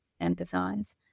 empathize